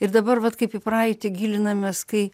ir dabar vat kaip į praeitį gilinamės kai